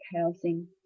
housing